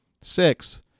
six